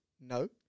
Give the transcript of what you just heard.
no